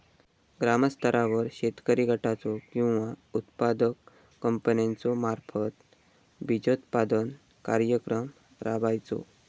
ग्रामस्तरावर शेतकरी गटाचो किंवा उत्पादक कंपन्याचो मार्फत बिजोत्पादन कार्यक्रम राबायचो?